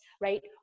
right